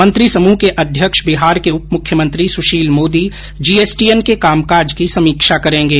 मंत्री समूह के अध्यक्ष बिहार के उप मुख्यमंत्री सुशील मोदी जीएसटीएन के कामकाज की समीक्षा करेंगे